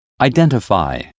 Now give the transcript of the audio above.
identify